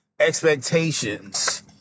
expectations